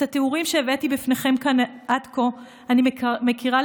את התיאורים שהבאתי בפניכם כאן עד כה אני מכירה,